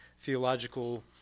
theological